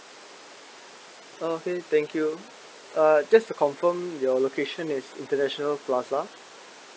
okay thank you uh just to confirm your location is international plaza